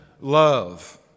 love